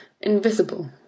invisible